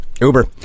Uber